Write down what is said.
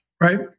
right